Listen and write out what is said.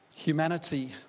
Humanity